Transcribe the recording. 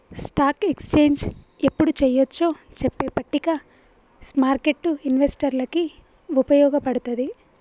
stock exchange యెప్పుడు చెయ్యొచ్చో చెప్పే పట్టిక స్మార్కెట్టు ఇన్వెస్టర్లకి వుపయోగపడతది